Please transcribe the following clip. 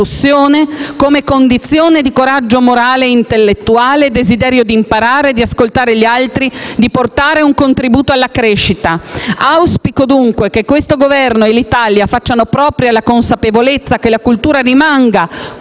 come «condizione di coraggio morale e intellettuale». «Desiderio di imparare, di ascoltare gli altri, di portare un contributo alla crescita». Auspico dunque che questo Governo e l'Italia facciano propria la consapevolezza che la cultura rimanga,